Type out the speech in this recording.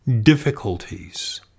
difficulties